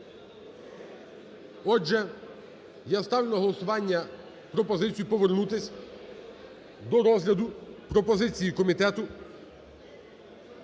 Отже, я ставлю на голосування пропозицію повернутися до розгляду пропозиції комісії